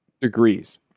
degrees